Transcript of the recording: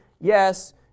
Yes